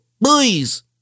boys